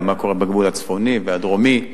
ומה קורה בגבול הצפוני והדרומי.